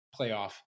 playoff